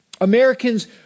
Americans